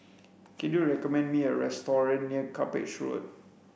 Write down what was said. can you recommend me a restaurant near Cuppage Road